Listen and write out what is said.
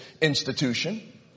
institution